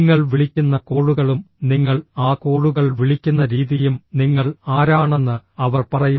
നിങ്ങൾ വിളിക്കുന്ന കോളുകളും നിങ്ങൾ ആ കോളുകൾ വിളിക്കുന്ന രീതിയും നിങ്ങൾ ആരാണെന്ന് അവർ പറയും